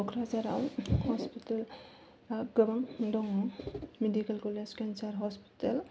क'क्राझाराव हस्पिटालआ गोबां दङ मेडिकेल कलेज केन्सार हस्पिटाल